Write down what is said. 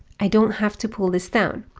i don't have to pull this down.